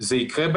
זה יקרה,